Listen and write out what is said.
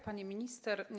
Pani Minister!